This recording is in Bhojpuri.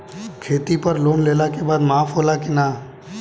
खेती पर लोन लेला के बाद माफ़ होला की ना?